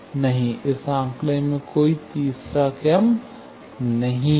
नहीं इस आंकड़े में कोई तीसरा क्रम नहीं है